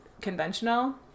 conventional